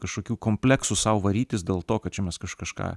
kažkokių kompleksų sau varytis dėl to kad čia mes kažk kažką